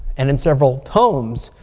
and in several tomes.